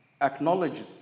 acknowledges